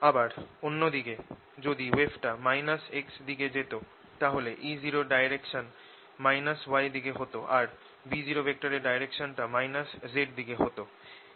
আবার অন্য দিকে যদি ওয়েভ টা x এর দিকে যেত তাহলে E0 র ডাইরেকশন y দিকে হোতো আর B0 র ডাইরেকশন টা z দিকে হোতো